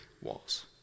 walls